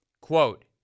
Quote